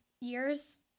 years